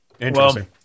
interesting